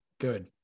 Good